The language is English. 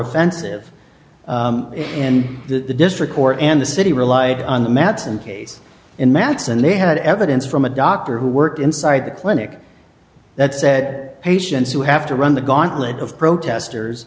offensive and that the district court and the city rely on the mats and case in matts and they had evidence from a doctor who worked inside the clinic that said patients who have to run the gauntlet of protesters